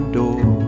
door